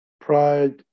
pride